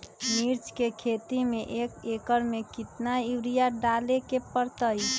मिर्च के खेती में एक एकर में कितना यूरिया डाले के परतई?